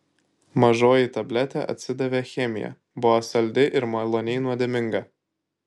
mažoji tabletė atsidavė chemija buvo saldi ir maloniai nuodėminga